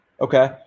Okay